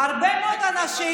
הרבה מאוד אנשים,